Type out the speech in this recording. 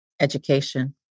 Education